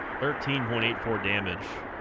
thirteen point eight for damage